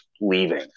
leaving